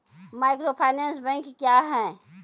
Microfinance bank क्या हैं?